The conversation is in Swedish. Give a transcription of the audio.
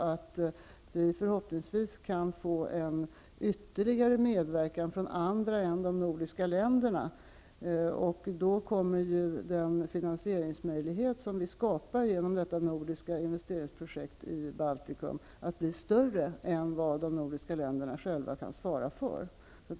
Vi kan förhoppningsvis få ytterligare medverkan från andra än de nordiska länderna. Då kommer den finansieringsmöjlighet som vi skapar genom detta nordiska investeringsprojekt i Baltikum att bli större än vad de nordiska länderna själva kan svara för.